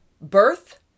birth